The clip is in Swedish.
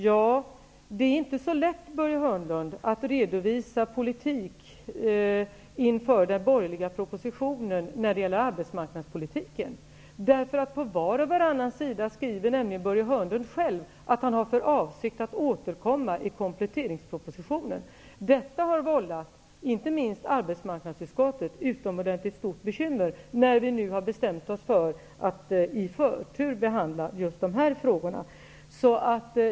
Ja, Börje Hörnlund, det är inte så lätt att redovisa politik inför den borgerliga propositionen när det gäller arbetsmarknadspolitiken. På var och varannan sida skriver nämligen Börje Hörnlund själv att han har för avsikt att återkomma i kompletteringspropositionen. Detta har vållat inte minst arbetsmarknadsutskottet utomordentligt stora bekymmer. Vi har ju nu bestämt oss för att ge behandlingen av just de här frågorna förtur.